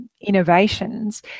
innovations